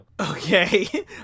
Okay